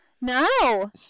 No